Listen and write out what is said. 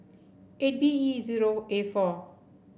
eight B E zero A four